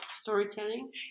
storytelling